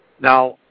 now